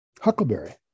huckleberry